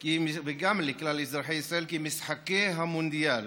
כי משחקי המונדיאל